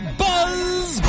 buzz